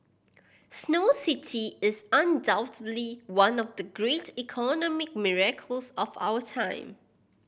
snow city is undoubtedly one of the great economic miracles of our time